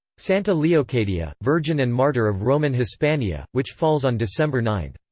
santa leocadia, virgin and martyr of roman hispania, which falls on december nine.